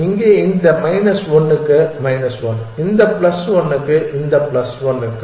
இங்கே இந்த மைனஸ் 1 க்கு மைனஸ் 1 இந்த பிளஸ் 1 க்கு இந்த பிளஸ் 1 க்கு